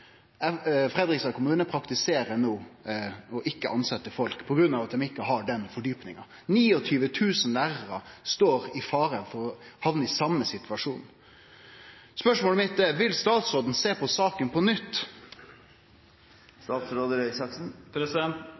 kommune praktiserer no ikkje å tilsetje folk som ikkje har den fordjupinga. 29 000 lærarar står i fare for å hamne i den same situasjonen. Spørsmålet mitt er: Vil statsråden sjå på saka på nytt?